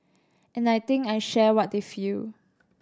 and I think I share what they feel